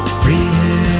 free